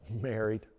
married